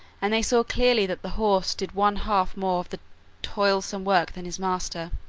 and they saw clearly that the horse did one-half more of the toilsome work than his master.